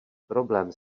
problém